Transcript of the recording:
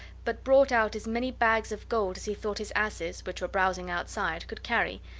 but brought out as many bags of gold as he thought his asses, which were browsing outside, could carry,